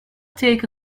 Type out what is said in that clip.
take